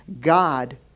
God